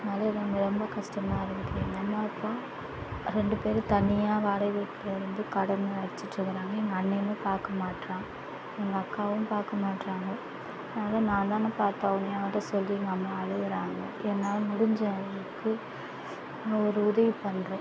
அதனால் ரொம்ப ரொம்ப கஷ்டமா இருக்குது எங்கள் அம்மாவுக்கும் ரெண்டு பேரும் தனியாக வாடகை வீட்டில் இருந்து கடனை அடைச்சிட்டு இருக்குறாங்க எங்கள் அண்ணணும் பார்க்க மாட்டுறான் எங்கள் அக்காவும் பார்க்க மாட்டுறாங்க அதனால் நான் தானே பாத்தாவணும் யாரை சொல்லி எங்கள் அம்மா அழுகுறாங்க என்னால் முடிஞ்ச அளவுக்கு நாங்கள் ஒரு உதவி பண்ணுறோம்